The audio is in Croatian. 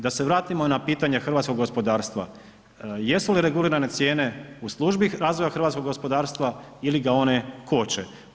Da se vratimo na pitanje hrvatskog gospodarstva, jesu li regulirane cijene u službi razvoja hrvatskog gospodarstva ili ga one koče?